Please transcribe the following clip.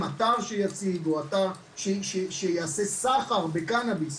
אתר שיציג או אתר שיעשה סחר בקנאביס,